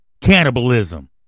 Cannibalism